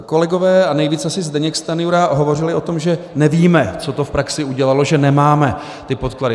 Kolegové, a nejvíc asi Zdeněk Stanjura , hovořili o tom, že nevíme, co to v praxi udělalo, že nemáme ty podklady.